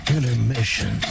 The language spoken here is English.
Intermission